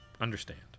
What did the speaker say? Understand